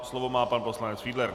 Slovo má pan poslanec Fiedler.